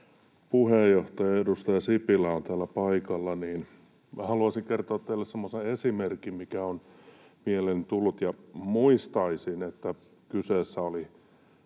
puheenjohtaja, edustaja Sipilä on täällä paikalla, niin minä haluaisin kertoa teille semmoisen esimerkin, mikä on mieleen tullut, ja muistaisin, että kyseessä olivat